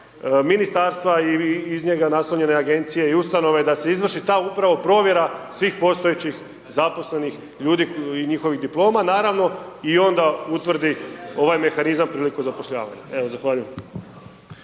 ministarstva i iz njega naslonjene agencije i ustanove da se izvrši ta upravo provjera svih postojećih zaposlenih ljudi i njihovih diploma naravno i onda utvrdi ovaj mehanizam prilikom zapošljavanja. Evo, zahvaljujem.